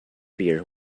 beer